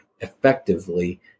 effectively